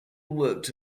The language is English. worked